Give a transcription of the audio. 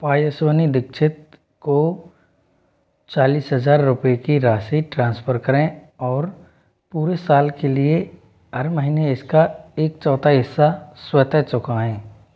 पायस्विनी दीक्षित को चालीस हजार रुपये की राशि ट्रांसफर करें और पूरे साल के लिए हर महीने इसका एक चौथाई हिस्सा स्वतः चुकाएँ